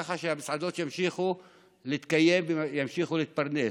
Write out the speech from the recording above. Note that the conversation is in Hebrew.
ככה שהמסעדות ימשיכו להתקיים וימשיכו להתפרנס.